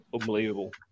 unbelievable